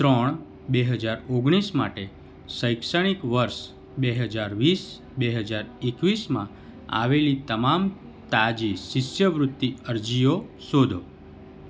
ત્રણ બે હજાર ઓગણીસ માટે શૈક્ષણિક વર્ષ બે હજાર વીસ બે હજાર એકવીસમાં આવેલી તમામ તાજી શિષ્યવૃત્તિ અરજીઓ શોધો